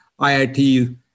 IIT